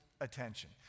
attention